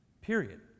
period